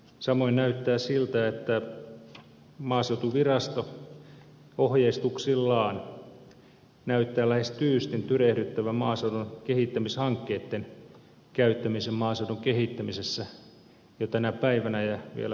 samoin näyttää siltä että maaseutuvirasto ohjeistuksillaan näyttää lähes tyystin tyrehdyttävän maaseudun kehittämishankkeitten käyttämisen maaseudun kehittämisessä jo tänä päivänä ja vielä pahemmin tulevaisuudessa